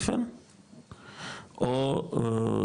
או לומד בבית הספר,